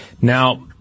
Now